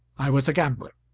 i was a gambler.